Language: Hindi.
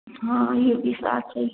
हाँ ये भी बात सही